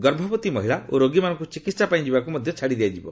ଗର୍ଭବତୀ ମହିଳା ଓ ରୋଗୀମାନଙ୍କୁ ଚିକିହା ପାଇଁ ଯିବାକୁ ମଧ୍ୟ ଛାଡ଼ିଦିଆଯିବ